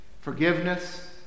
Forgiveness